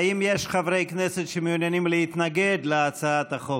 האם יש חברי כנסת שמעוניינים להתנגד להצעת החוק?